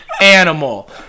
animal